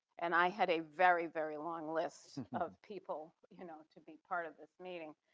and i had a very, very long list of people you know to be part of this meeting.